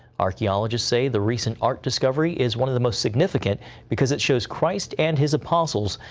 archeologists say the recent art discovery is one of the most significant because it shows christ and his apostles.